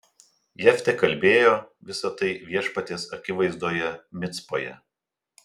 jeftė kalbėjo visa tai viešpaties akivaizdoje micpoje